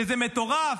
שזה מטורף.